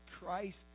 Christ